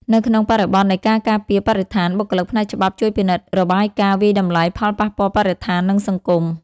នៅក្នុងបរិបទនៃការការពារបរិស្ថាន បុគ្គលិកផ្នែកច្បាប់ជួយពិនិត្យរបាយការណ៍វាយតម្លៃផលប៉ះពាល់បរិស្ថាន និងសង្គម។